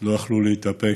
לא יכלו להתאפק,